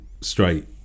straight